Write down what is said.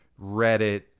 Reddit